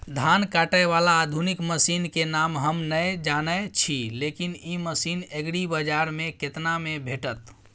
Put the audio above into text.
धान काटय बाला आधुनिक मसीन के नाम हम नय जानय छी, लेकिन इ मसीन एग्रीबाजार में केतना में भेटत?